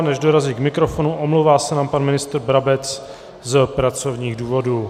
Než dorazí k mikrofonu, omlouvá se nám pan ministr Brabec z pracovních důvodů.